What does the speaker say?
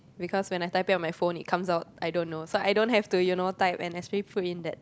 because when I type it on my phone it comes out I don't know so I don't have to you know type and actually put in that